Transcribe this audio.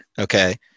okay